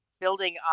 building